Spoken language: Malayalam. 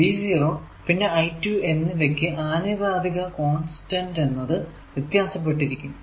V0 പിന്നെ I2 എന്നിവക്ക് ആനുപാതിക കോൺസ്റ്റന്റ് എന്നത് വ്യത്യാസപ്പെട്ടിരിക്കും